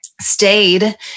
stayed